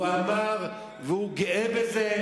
הוא אמר והוא גאה בזה,